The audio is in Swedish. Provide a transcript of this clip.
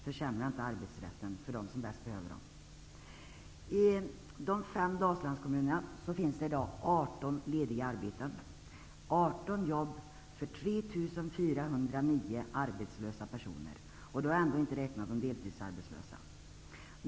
Försämra inte arbetsrätten för dem som bäst behöver den! I de fem Dalslandskommunerna finns det i dag 18 lediga arbeten. Det finns 18 jobb för 3 409 arbetslösa personer. Då har jag ändå inte räknat med de deltidsarbetslösa.